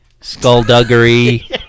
skullduggery